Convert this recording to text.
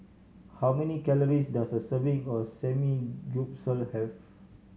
how many calories does a serving of Samgyeopsal have